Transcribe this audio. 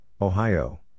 Ohio